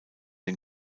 den